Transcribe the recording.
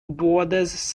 borders